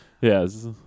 Yes